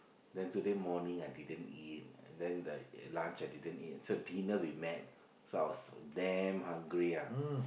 then today morning I didn't eat then the lunch I didn't eat so dinner we met so I was damn hungry ah